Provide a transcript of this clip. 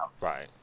right